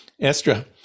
Astra